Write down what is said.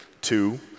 two